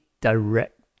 direct